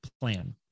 plan